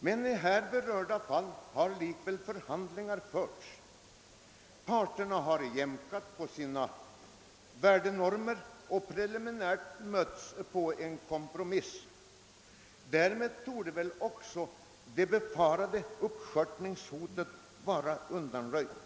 Men i här berörda fall har ju ändå förhandlingar förts, parterna har jämkat på sina värderingsnormer och mötts i en preliminär kompromissuppgörelse. Därmed torde väl det befarade uppskörtningshotet vara undanröjt.